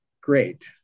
great